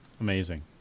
Amazing